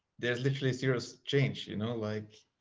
there's literally serious change, you know, like